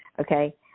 Okay